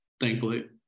thankfully